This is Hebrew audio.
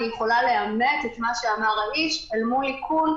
יכולה לאמת את מה שאמר האיש אל מול איכון,